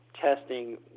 testing